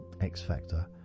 x-factor